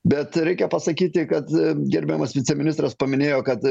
bet reikia pasakyti kad gerbiamas viceministras paminėjo kad